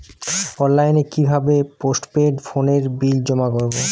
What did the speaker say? অনলাইনে কি ভাবে পোস্টপেড ফোনের বিল জমা করব?